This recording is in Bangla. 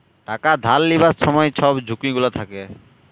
টাকা ধার লিবার ছময় ছব ঝুঁকি গুলা থ্যাকে